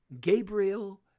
Gabriel